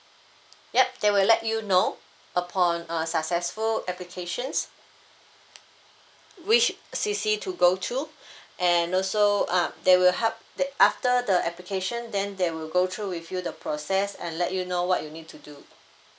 yup they will let you know upon uh successful applications which C_C to go to and also um they will help that after the application then they will go through with you the process and let you know what you need to do